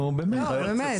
באמת,